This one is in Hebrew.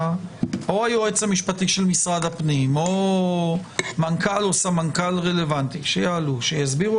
או היועץ המשפטי של משרד הפנים או מנכ"ל או סמנכ"ל רלוונטי שיסבירו